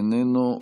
איננו,